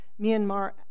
Myanmar